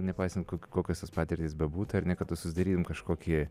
nepaisant ko kokios tos patirtys bebūtų ar ne kad susidarytum kažkokį